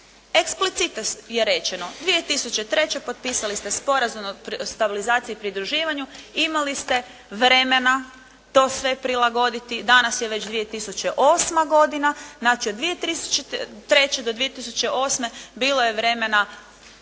explicite je rečeno 2003. potpisali ste Sporazum o stabilizaciji i pridruživanju, imali ste vremena to sve prilagoditi, danas je već 2008. godina. Znači od 2003. do 2008. bilo je vremena